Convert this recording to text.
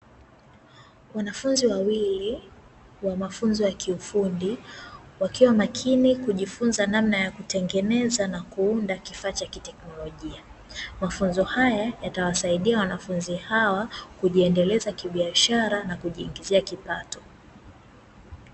Wanafunzi wawili wa mafunzo ya kiufundi, wakiwa makini kujifunza namna ya kutengeneza na kuunda kifaa cha kiteknolojia. Mafunzo haya yatawasaidi wanafunzi hawa kujiendeleza kibiashara na kujiingizia kipato.